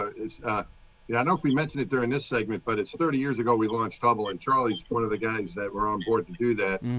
ah ah yeah know if we mentioned it during this segment. but it's thirty years ago we launched trouble and truly one of the guys that were on board do that. and